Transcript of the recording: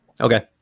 Okay